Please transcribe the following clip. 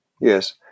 yes